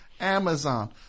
Amazon